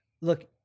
Look